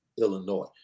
Illinois